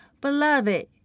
Beloved